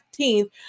15th